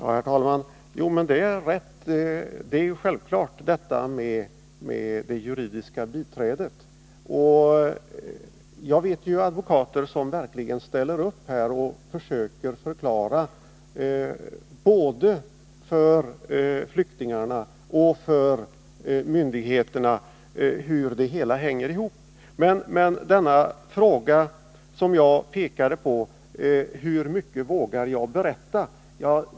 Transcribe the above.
Herr talman! Det är naturligtvis riktigt som justitieministern säger om det juridiska biträdet. Jag vet ju att det finns advokater som verkligen ställer upp och försöker förklara både för flyktingarna och för myndigheterna hur det hela hänger ihop. Men flyktingarna ställer sig som sagt frågan: Hur mycket vågar vi berätta?